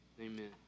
Amen